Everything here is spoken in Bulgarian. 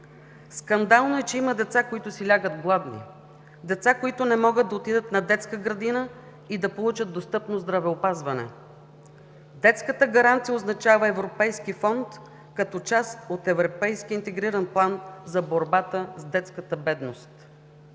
Скандално е, че има деца, които си лягат гладни, деца, които не могат да отидат на детска градина и да получат достъпно здравеопазване. Детската гаранция означава европейски фонд като част от европейския интегриран план за борбата с детската бедност.